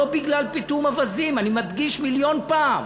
לא בגלל פיטום אווזים, אני מדגיש מיליון פעם,